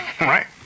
right